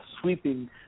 sweeping